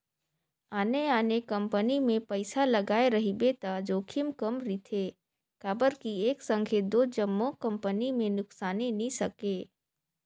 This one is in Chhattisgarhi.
आने आने कंपनी मे पइसा लगाए रहिबे त जोखिम कम रिथे काबर कि एक संघे दो जम्मो कंपनी में नुकसानी नी सके